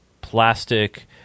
plastic